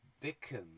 dickens